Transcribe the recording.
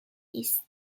ist